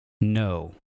no